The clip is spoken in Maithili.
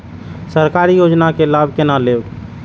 सरकारी योजना के लाभ केना लेब?